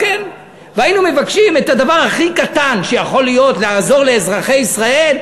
והיינו מבקשים את הדבר הכי קטן שיכול להיות לעזור לאזרחי ישראל,